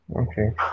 Okay